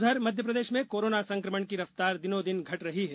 उधर मध्यप्रदेश में कोरोना संक्रमण की रफ्तार दिनों दिन घट रही है